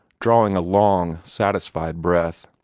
drawing a long satisfied breath.